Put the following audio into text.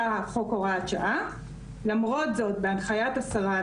שמסדיר את הנושאים.